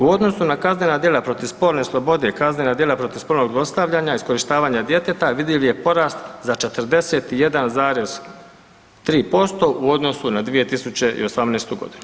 U odnosu na kaznena djela protiv spolne slobode i kaznena djela protiv spolnog zlostavljanja i iskorištavanja djeteta vidljiv je porast za 41,3% u odnosu na 2018.g.